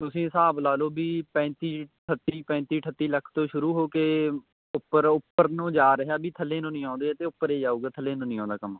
ਤੁਸੀਂ ਹਿਸਾਬ ਲਾ ਲਓ ਵੀ ਪੈਂਤੀ ਅਠੱਤੀ ਪੈਂਤੀ ਅਠੱਤੀ ਲੱਖ ਤੋਂ ਸ਼ੁਰੂ ਹੋ ਕੇ ਉੱਪਰ ਉੱਪਰ ਨੂੰ ਜਾ ਰਿਹਾ ਵੀ ਥੱਲੇ ਨੂੰ ਨਹੀਂ ਆਉਂਦੇ ਅਤੇ ਉੱਪਰ ਹੀ ਜਾਊਗਾ ਥੱਲੇ ਨੂੰ ਨਹੀਂ ਆਉਂਦਾ ਕੰਮ